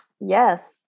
Yes